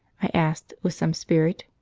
i asked, with some spirit.